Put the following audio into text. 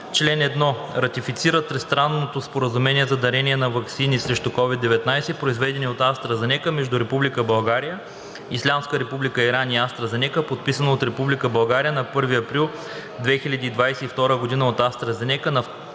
Чл. 1. Ратифицира Тристранното споразумение за дарение на ваксини срещу COVID-19, произведени от АстраЗенека, между Република България, Ислямска република Иран и АстраЗенека, подписано от Република България на 1 април 2022 г., от АстраЗенека